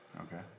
Okay